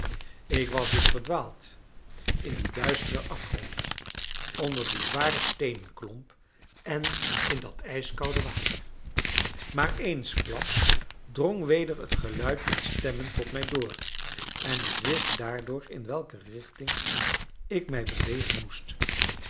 ik was dus verdwaald in dien duisteren afgrond onder dien zwaren steenklomp en in dat ijskoude water maar eensklaps drong weder het geluid van stemmen tot mij door en ik wist daardoor in welke richting ik mij bewegen moest